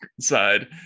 side